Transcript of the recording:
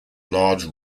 large